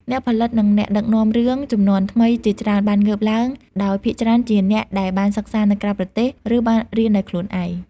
អ្នកផលិត និងអ្នកដឹកនាំរឿងជំនាន់ថ្មីជាច្រើនបានងើបឡើង ដោយភាគច្រើនជាអ្នកដែលបានសិក្សានៅក្រៅប្រទេស ឬបានរៀនដោយខ្លួនឯង។